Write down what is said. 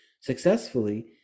successfully